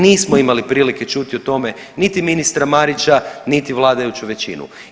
Nismo imali prilike čuti o tome niti ministra Marića, niti vladajuću većinu.